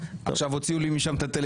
בבקשה, בבקשה.